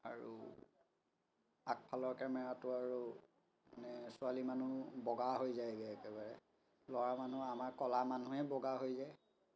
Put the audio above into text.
আৰু আগফালৰ কেমেৰাটো আৰু মানে ছোৱালী মানুহ বগা হৈ যায়গৈ একেবাৰে ল'ৰা মানুহ আমাৰ কলা মানুহে বগা হৈ যায়